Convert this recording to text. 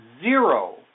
zero